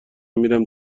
میرم